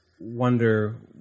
wonder